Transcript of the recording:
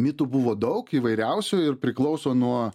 mitų buvo daug įvairiausių ir priklauso nuo